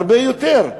הרבה יותר.